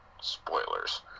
Spoilers